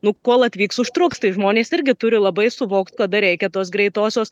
nu kol atvyks užtruks tai žmonės irgi turi labai suvokti kada reikia tos greitosios